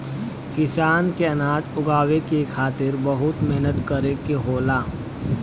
किसान के अनाज उगावे के खातिर बहुत मेहनत करे के होला